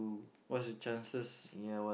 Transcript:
what's the chances